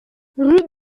rue